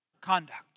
conduct